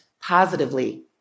positively